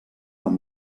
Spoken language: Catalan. amb